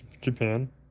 Japan